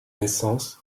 naissances